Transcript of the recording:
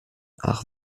ach